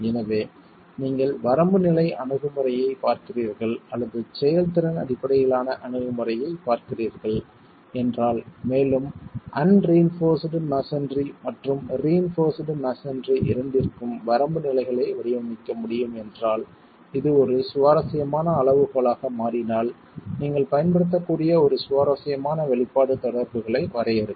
எனவே நீங்கள் வரம்பு நிலை அணுகுமுறையைப் பார்க்கிறீர்கள் அல்லது செயல்திறன் அடிப்படையிலான அணுகுமுறையைப் பார்க்கிறீர்கள் என்றால் மேலும் அன்ரிஇன்போர்ஸ்ட் மஸோன்றி மற்றும் ரிஇன்போர்ஸ்ட் மஸோன்றி இரண்டிற்கும் வரம்பு நிலைகளை வடிவமைக்க முடியும் என்றால் இது ஒரு சுவாரஸ்யமான அளவுகோலாக மாறினால் நீங்கள் பயன்படுத்தக்கூடிய ஒரு சுவாரஸ்யமான வெளிப்பாடு தொடர்புகளை வரையறுக்க